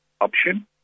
option